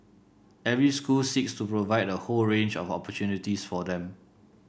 every school seeks to provide a whole range of opportunities for them